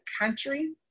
country